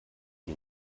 die